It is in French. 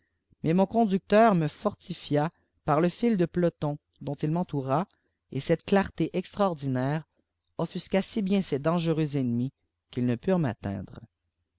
mais njpin conducteur me fortifia par le fil de peloton dont il m'eittoura et cette clarté extraordinaire offusipia si bieii ces dangereux ennemis qu'ils ne purent m'atteindre